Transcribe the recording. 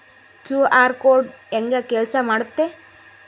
QR code ಹೆಂಗ ಕೆಲಸ ಮಾಡುತ್ತೆ?